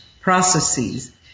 processes